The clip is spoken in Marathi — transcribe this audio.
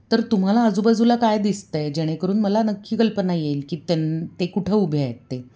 तर तुम्हाला आजूबाजूला काय दिसत आहे जेणेकरून मला नक्की कल्पना येईल की त्या ते कुठं उभे आहेत ते